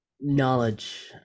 Knowledge